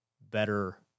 better